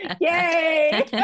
Yay